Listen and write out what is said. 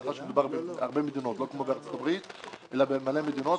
מאחר שמדובר בהרבה מדינות לא כמו בארה"ב אלא בהמון מדינות,